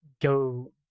go